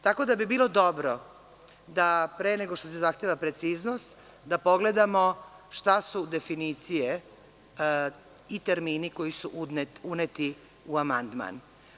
Tako da bi bilo dobro da pre nego što se zahteva preciznost da pogledamo šta su definicije i termini koji su uneti u amandman.